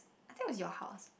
I think it was your house